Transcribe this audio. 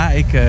ik